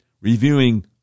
reviewing